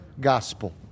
gospel